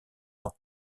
ans